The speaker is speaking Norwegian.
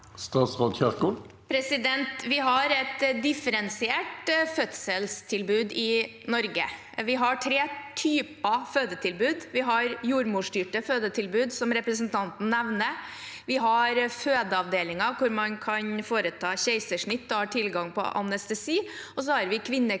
Vi har et diffe- rensiert fødselstilbud i Norge. Vi har tre typer fødetilbud: Vi har jordmorstyrte fødetilbud, som representanten Sneve Martinussen nevner, vi har fødeavdelinger hvor man kan foreta keisersnitt og har tilgang på anestesi, og så har vi kvinneklinikker